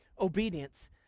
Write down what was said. obedience